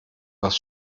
was